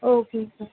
okay okay